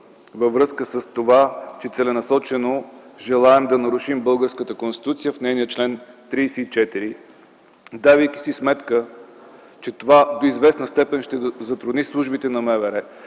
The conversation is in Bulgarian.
във връзка с това, че целенасочено желаем да нарушим българската Конституция в нейния чл. 34, давайки си сметка, че това до известна степен ще затрудни службите на МВР,